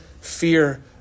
fear